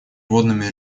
водными